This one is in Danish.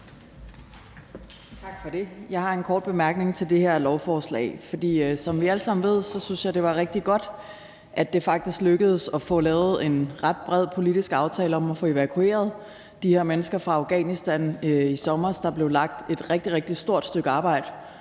Tak for det. Jeg har en kort bemærkning til det her lovforslag. For som vi alle sammen ved, synes jeg, at det var rigtig godt, at det faktisk lykkedes at få lavet en ret bred politisk aftale om at få evakueret de her mennesker fra Afghanistan i sommer. Der blev lagt et rigtig, rigtig stort stykke arbejde